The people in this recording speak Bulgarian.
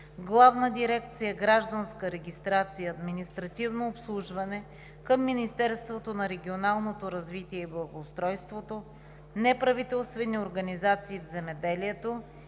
Главна дирекция „Гражданска регистрация и административно обслужване“ към Министерството на регионалното развитие и благоустройството, неправителствени организации в земеделието